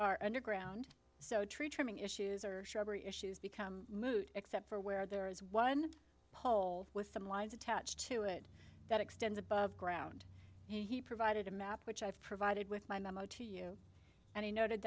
are under ground so tree trimming issues are shrubbery issues become moot except for where there is one pole with some lines attached to it that extends above ground he provided a map which i provided with my memo to you and he not